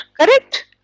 correct